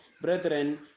brethren